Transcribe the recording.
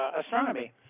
astronomy